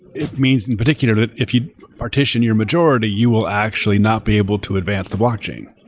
it means, in particular, that if you partition your majority, you will actually not be able to advance the watching.